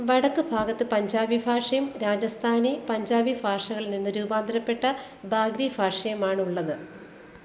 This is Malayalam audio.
വടക്ക് ഭാഗത്ത് പഞ്ചാബി ഭാഷയും രാജസ്ഥാനി പഞ്ചാബി ഭാഷകളിൽ നിന്ന് രൂപാന്തരപ്പെട്ട ബാഗ്രി ഭാഷയുമാണുള്ളത്